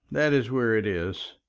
that is where it is.